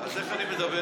אז איך אני מדבר?